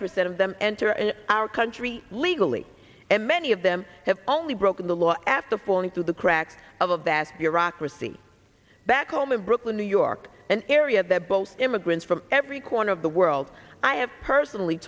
percent of them enter our country legally and many of them have only broken the law after falling through the cracks of a vast bureaucracy back home in brooklyn new york an area they're both immigrants from every corner of the world i have personally